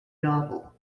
novel